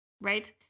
right